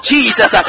Jesus